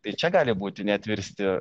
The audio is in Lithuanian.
tai čia gali būti net virsti